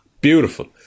beautiful